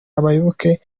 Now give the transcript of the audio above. abayoboke